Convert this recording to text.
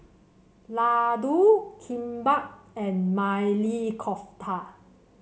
Ladoo Kimbap and Maili Kofta